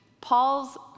Paul's